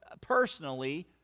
personally